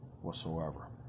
whatsoever